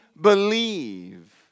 believe